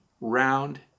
round